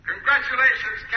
Congratulations